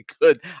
good